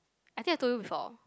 I think I told you before